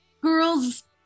girls